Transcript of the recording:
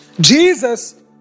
Jesus